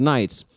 Nights